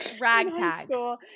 Ragtag